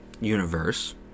universe